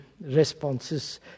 responses